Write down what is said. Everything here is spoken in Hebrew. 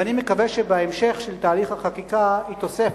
ואני מקווה שבהמשך תהליך החקיקה יתווסף